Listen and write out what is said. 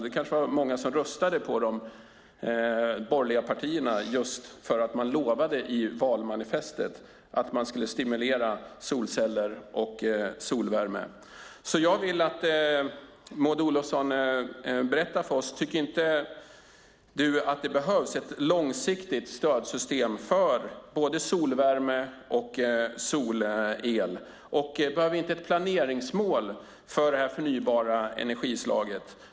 Många röstade kanske borgerligt just för att de borgerliga partierna i sitt valmanifest lovade att stimulera utvecklingen av solceller och solvärme. Jag vill att du, Maud Olofsson, berättar för oss om detta. Tycker inte du att det behövs ett långsiktigt system för stöd till både solvärme och solel? Och behöver vi inte ett planeringsmål för det här förnybara energislaget?